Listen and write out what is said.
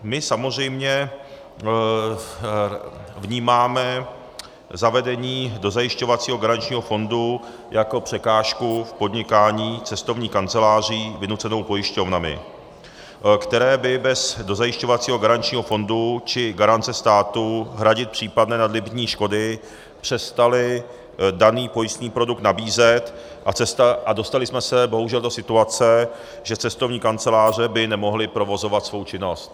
My samozřejmě vnímáme zavedení dozajišťovacího garančního fondu jako překážku v podnikání cestovních kanceláří vynucenou pojišťovnami, které by bez dozajišťovacího garančního fondu či garance státu hradit případné nadlimitní škody přestaly daný pojistný produkt nabízet, a dostali jsme se bohužel do situace, že cestovní kanceláře by nemohly provozovat svou činnost.